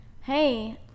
hey